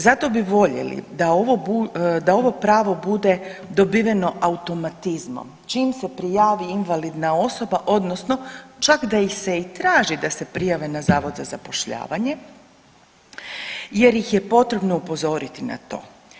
Zato bi voljeli da ovo pravo bude dobiveno automatizmom, čim se prijavi invalidna osoba odnosno čak da ih se i traži da se prijave na Zavod za zapošljavanje jer ih je potrebno upozoriti na to.